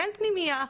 אין פנימייה,